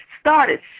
started